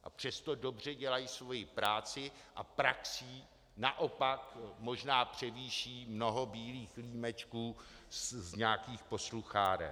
A přesto dobře dělají svoji práci a praxí naopak možná převýší mnoho bílých límečků z nějakých poslucháren.